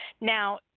Now